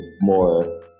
more